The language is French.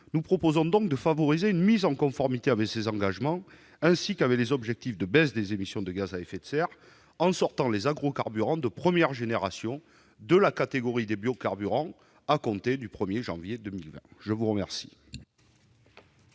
Nous proposons donc de favoriser une mise en conformité de notre législation avec ces engagements, ainsi qu'avec nos objectifs de baisse des émissions de gaz à effet de serre, en sortant les agrocarburants de première génération de la catégorie des biocarburants à compter du 1 janvier 2020. Quel